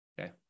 Okay